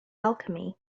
alchemy